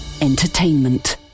Entertainment